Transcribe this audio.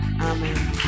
Amen